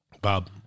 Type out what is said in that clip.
Bob